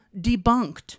debunked